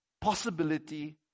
possibility